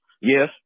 Yes